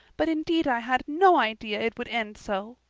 but indeed i had no idea it would end so.